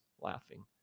laughing